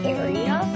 area